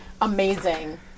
amazing